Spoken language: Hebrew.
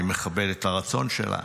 אני מכבד את הרצון שלה.